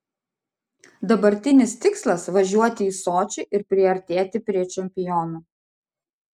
dabartinis tikslas važiuoti į sočį ir priartėti prie čempionų